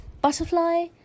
butterfly